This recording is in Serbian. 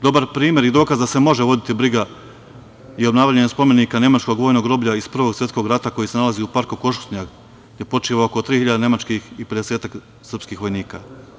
Dobar primer i dokaz da se može voditi briga i obnavljanje spomenika Nemačkog vojnog groblja iz Prvog svetskog rata koji se nalazi u parku Košutnjak, gde počiva oko 3.000 nemačkih i pedesetak srpskih vojnika.